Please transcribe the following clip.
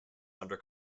under